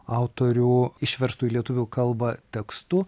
autorių išverstu į lietuvių kalbą tekstu